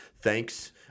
Thanks